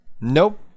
Nope